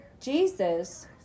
Jesus